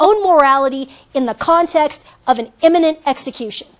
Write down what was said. own mortality in the context of an imminent execution